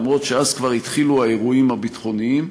למרות שאז כבר התחילו האירועים הביטחוניים.